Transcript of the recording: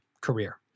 career